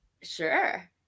Sure